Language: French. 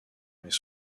mais